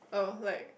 oh like